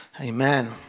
Amen